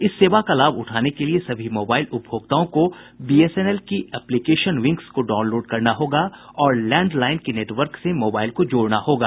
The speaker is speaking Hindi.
इस सेवा का लाभ उठाने के लिए सभी मोबाइल उपभोक्ताओं को बी एस एन एल की एप्लीकेशन विंग्स को डाउनलोड करना होगा और लैंडलाईन के नेटवर्क से मोबाइल को जोड़ना होगा